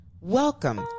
Welcome